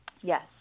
yes